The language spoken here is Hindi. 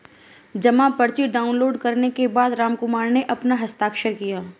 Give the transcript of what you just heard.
जमा पर्ची डाउनलोड करने के बाद रामकुमार ने अपना हस्ताक्षर किया